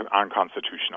unconstitutional